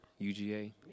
UGA